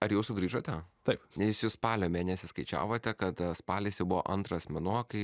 ar jau sugrįžote taip nes jūs spalio mėnesį skaičiavote kad a spalis jau buvo antras mėnuo kai